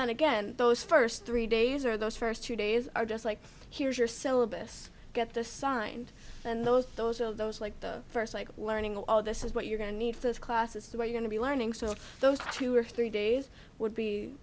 then again those first three days or those first two days are just like here's your syllabus get this signed and those those are those like the first like learning all this is what you're going to need those classes who are you going to be learning so those two or three days would be